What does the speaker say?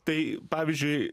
tai pavyzdžiui